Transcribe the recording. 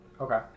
Okay